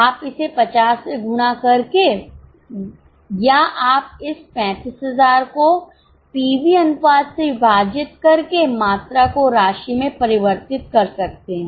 आप इसे 50 से गुणा करके या आप इस 35000 को पीवी अनुपात से विभाजित करके मात्रा को राशि में परिवर्तित कर सकते हैं